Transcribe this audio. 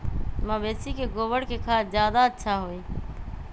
मवेसी के गोबर के खाद ज्यादा अच्छा होई?